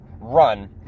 run